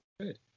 Good